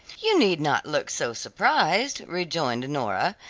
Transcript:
you need not look so surprised, rejoined nora,